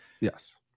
Yes